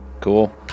Cool